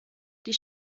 die